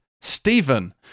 Stephen